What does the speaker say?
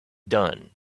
done